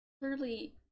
clearly